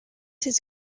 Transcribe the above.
his